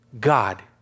God